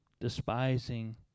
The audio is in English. despising